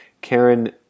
Karen